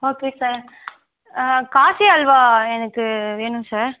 okay sir Kashi halwa எனக்கு வேணும் sir